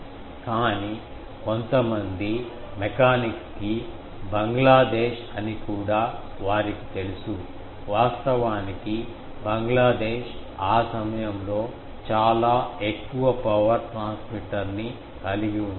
కానీ కొంతమంది మెకానిక్స్ కి బంగ్లాదేశ్ అని కూడా వారికి తెలుసు వాస్తవానికి బంగ్లాదేశ్ ఆ సమయంలో చాలా ఎక్కువ పవర్ ట్రాన్స్మిటర్ ని కలిగి ఉంది